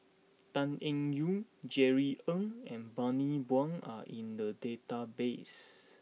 Tan Eng Yoon Jerry Ng and Bani Buang are in the database